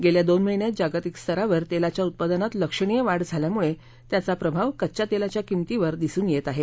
गेल्या दोन महिन्यात जागतिक स्तरावर तेलाच्या उत्पादनात लक्षणीय वाढ झाल्यामुळे त्याचा प्रभाव कच्च्या तेलाच्या किमतीवर दिसून येत आहे